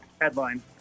Headline